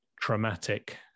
traumatic